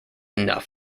enough